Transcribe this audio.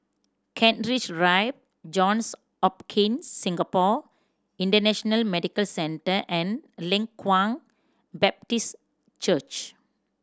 Kent Rive Johns Hopkins Singapore International Medical Centre and Leng Kwang Baptist Church